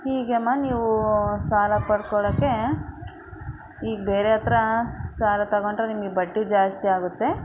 ಹೀಗೆ ಅಮ್ಮ ನೀವು ಸಾಲ ಪಡ್ಕೊಳ್ಳೋಕ್ಕೆ ಈಗ ಬೇರೆ ಹತ್ತಿರ ಸಾಲ ತಗೊಂಡರೆ ನಿಮಗೆ ಬಡ್ಡಿ ಜಾಸ್ತಿ ಆಗುತ್ತೆ